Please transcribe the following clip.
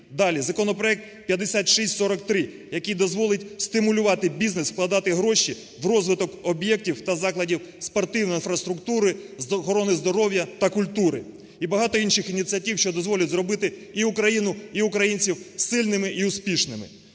Далі. Законопроект 5643, який дозволить стимулювати бізнес, вкладати гроші в розвиток об'єктів та закладів спортивної інфраструктури, з охорони здоров'я та культури і багато інших ініціатив, що дозволять зробити і Україну і українців сильними і успішними.